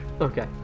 Okay